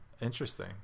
interesting